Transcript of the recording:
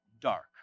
dark